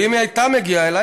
ואם היא הייתה מגיעה אלי,